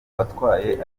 watwaye